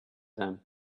them